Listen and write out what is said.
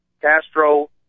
Castro